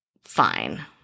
Fine